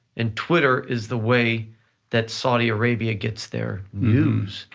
and twitter is the way that saudi arabia gets their news.